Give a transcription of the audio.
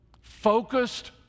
focused